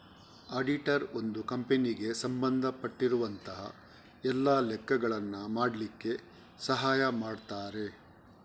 auditor ಒಂದು ಕಂಪನಿಗೆ ಸಂಬಂಧ ಪಟ್ಟಿರುವಂತಹ ಎಲ್ಲ ಲೆಕ್ಕಗಳನ್ನ ಮಾಡ್ಲಿಕ್ಕೆ ಸಹಾಯ ಮಾಡ್ತಾರೆ